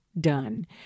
done